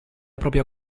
propria